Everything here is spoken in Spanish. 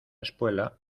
espuela